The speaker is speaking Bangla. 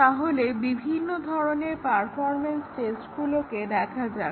তাহলে বিভিন্ন ধরনের পারফরম্যান্স টেস্টগুলোকে দেখা যাক